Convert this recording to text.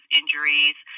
injuries